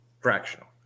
fractional